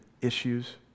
issues